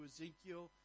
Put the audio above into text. Ezekiel